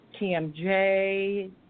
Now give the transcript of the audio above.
TMJ